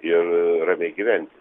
ir ramiai gyventi